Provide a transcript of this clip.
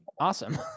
Awesome